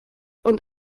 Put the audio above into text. und